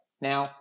Now